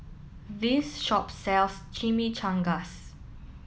this shop sells Chimichangas